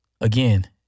again